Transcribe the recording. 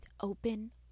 open